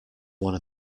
one